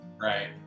right